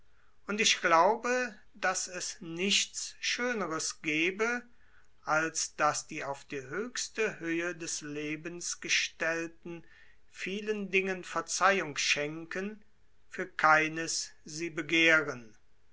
und ich glaube daß es nichts schöneres gebe als daß die auf die höchste höhe gestellten vielen dingen verzeihung schenken für keines sie begehren